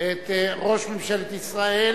את ראש ממשלת ישראל